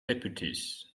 deputies